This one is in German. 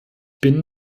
bin